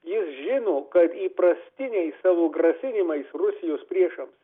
jis žino kad įprastiniais savo grasinimais rusijos priešams